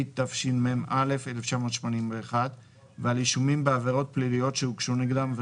התשמ"א 1981 ועל אישומים בעבירות פליליות שהוגשו נגדם,